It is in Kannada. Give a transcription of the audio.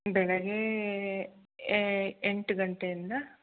ಬೆಳಗ್ಗೆ ಎ ಎಂಟು ಗಂಟೆಯಿಂದ